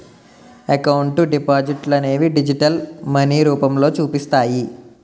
account డిపాజిట్లనేవి digital money రూపంలో చూపిస్తాయి